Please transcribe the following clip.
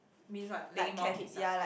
means what paying more kids ah